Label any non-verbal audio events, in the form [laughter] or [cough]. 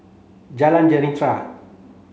Jalan [unintelligible]